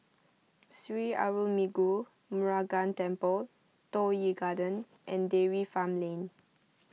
Sri Arulmigu Murugan Temple Toh Yi Garden and Dairy Farm Lane